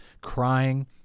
crying